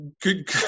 Good